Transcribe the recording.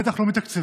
בטח לא מתקציביה.